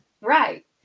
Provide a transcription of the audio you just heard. Right